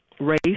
race